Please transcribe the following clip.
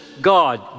God